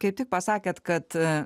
kaip tik pasakėt kad